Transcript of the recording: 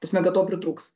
ta prasme kad to pritrūks